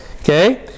Okay